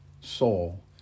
soul